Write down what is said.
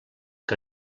que